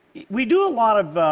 we do a lot of